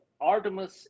Artemis